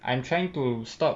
I'm trying to stop